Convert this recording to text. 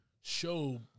show